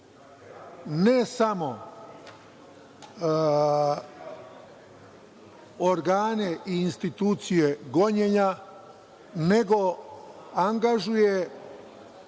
ne samo organe i institucije gonjenja, nego angažuje